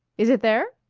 is it there?